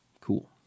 Cool